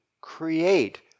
create